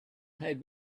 had